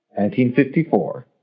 1954